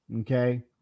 Okay